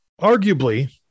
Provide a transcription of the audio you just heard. arguably